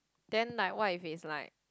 then like what if it's like